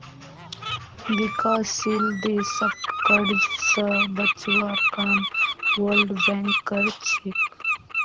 विकासशील देशक कर्ज स बचवार काम वर्ल्ड बैंक कर छेक